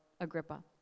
Agrippa